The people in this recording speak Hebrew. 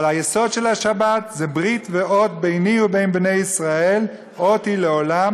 אבל היסוד של השבת זה ברית ואות "ביני ובין בני ישראל אות היא לעֹלם